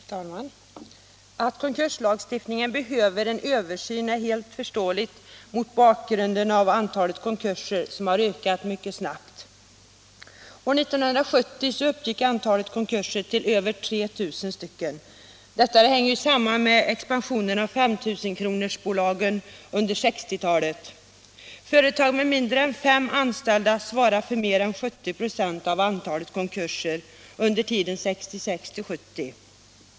Herr talman! Att konkurslagstiftningen behöver en översyn är helt förståeligt mot bakgrund av att antalet konkurser ökat mycket snabbt. År 1970 uppgick antalet konkurser till över 3 000. Detta hänger samman med expansionen av antalet 5 000-kronorsbolag under 1960-talet. Företag med mindre än fem anställda svarade för mer än 70 96 av antalet konkurser under tiden 1966-1970.